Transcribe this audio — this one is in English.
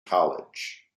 college